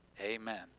amen